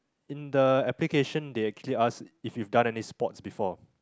in the application they actually ask if you've done any sports before